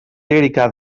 lírica